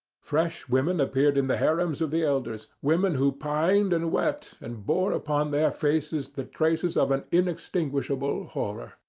fresh women appeared in the harems of the elders women who pined and wept, and bore upon their faces the traces of an unextinguishable horror.